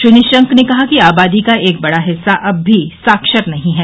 श्री निशंक ने कहा कि आबादी का एक बड़ा हिस्सा अब भी साक्षर नहीं है